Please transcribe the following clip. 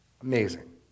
amazing